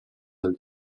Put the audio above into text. del